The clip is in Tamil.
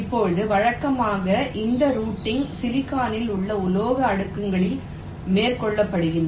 இப்போது வழக்கமாக இந்த ரூட்டிங் சிலிக்கானில் உள்ள உலோக அடுக்குகளில் மேற்கொள்ளப்படுகிறது